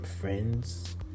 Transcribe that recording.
friends